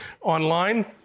online